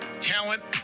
talent